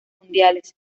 mundiales